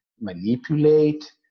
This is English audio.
manipulate